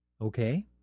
okay